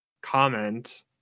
comment